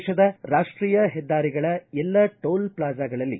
ದೇಶದ ರಾಷ್ಟೀಯ ಹೆದ್ದಾರಿಗಳ ಎಲ್ಲ ಚೋಲ್ಪ್ಲಾಜಾಗಳಲ್ಲಿ